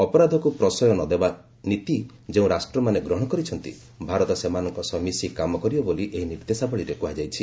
ଅପରାଧକୁ ପ୍ରଶ୍ରୟ ନ ଦେବା ନୀତି ଯେଉଁ ରାଷ୍ଟ୍ରମାନେ ଗ୍ରହଣ କରିଛନ୍ତି ଭାରତ ସେମାନଙ୍କ ସହ ମିଶି କାମ କରିବ ବୋଲି ଏହି ନିର୍ଦ୍ଦେଶାବଳୀରେ କୁହାଯାଇଛି